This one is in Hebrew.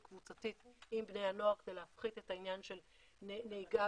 קבוצתית עם בני הנוער כדי להפחית את העניין של נהיגה